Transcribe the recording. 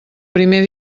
primer